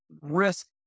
risk